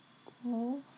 oh